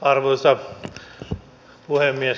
arvoisa puhemies